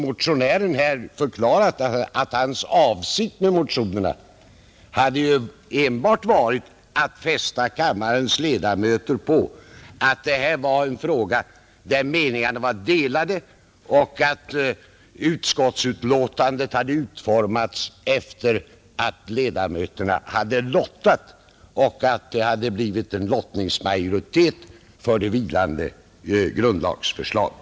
Motionären har också förklarat att hans avsikt enbart varit att fästa kammarledamöternas uppmärksamhet på att detta är en fråga där det rått delade meningar och att utskottsbetänkandet utformats efter lottning, varvid det blivit majoritet för antagande av de vilande grundlagsändringsförslagen.